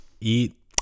eat